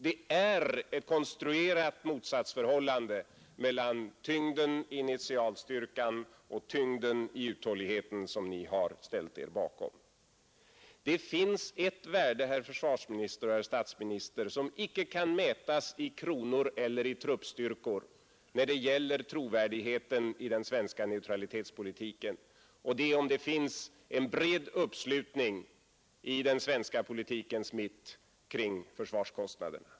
Det är ett konstruerat motsatsförhållande mellan tyngden i initialstyrkan och tyngden i uthålligheten som ni har ställt er bakom. Det finns, herr försvarsminister och herr statsminister, ett värde, som icke kan mätas i kronor eller truppstyrkor, när det gäller trovärdigheten i den svenska neutralitetspolitiken, nämligen om det finns en bred uppslutning i den svenska politikens mitt kring försvarskostnaderna.